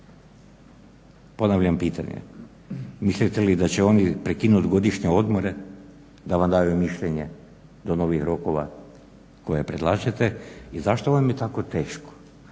Ponavljam pitanje, mislite li da će oni prekinuti godišnje odmore da vam daju mišljenje do novih rokova koje predlažete i zašto vam je tako teško